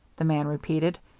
the man repeated.